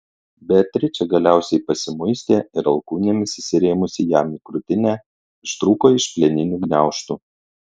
beatričė galiausiai pasimuistė ir alkūnėmis įsirėmusi jam į krūtinę ištrūko iš plieninių gniaužtų